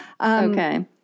Okay